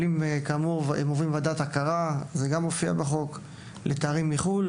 הם עוברים ועדת הכרה לתארים מחו"ל